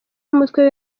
n’umutwe